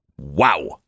Wow